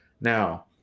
now